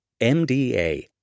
MDA